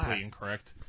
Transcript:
incorrect